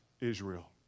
Israel